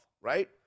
right